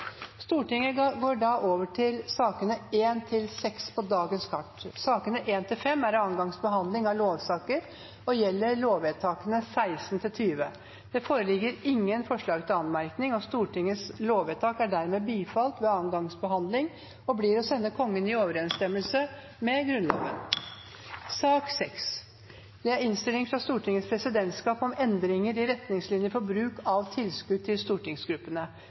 Stortinget går da over til å votere over sakene nr. 1–6 på dagens kart. Sakene nr. 1–5 er andre gangs behandling av lover og gjelder lovvedtakene 16 til og med 20. Det foreligger ingen forslag til anmerkning. Stortingets lovvedtak er dermed bifalt ved andre gangs behandling og blir å sende Kongen i overensstemmelse med Grunnloven. Under debatten har Seher Aydar satt fram to forslag på vegne av Rødt. Det voteres over forslag nr. 1, fra